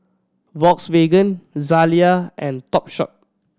Volkswagen Zalia and Topshop